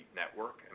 network